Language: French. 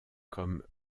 comme